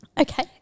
Okay